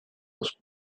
was